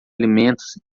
alimentos